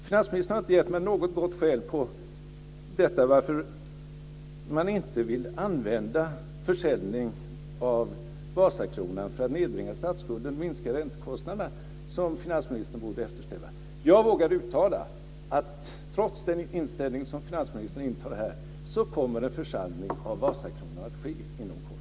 Finansministern har inte gett mig något gott skäl till att man inte vill använda försäljning av Vasakronan för att nedbringa statsskulden och minska räntekostnaderna, något som finansministern borde eftersträva. Jag vågar uttala att trots den inställning som finansministern intar här kommer en försäljning av Vasakronan att ske inom kort.